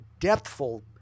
depthful